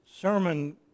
sermon